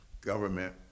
government